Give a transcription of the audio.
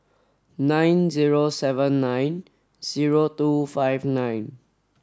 nine zero seven nine zero two five nine